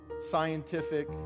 scientific